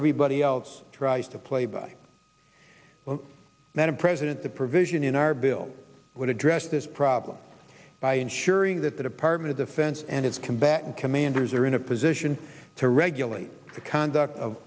everybody else tries to play by madam president the provision in our bill would address this problem by ensuring that the department of defense and its combatant commanders are in a position to regularly the conduct of